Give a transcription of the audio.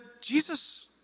Jesus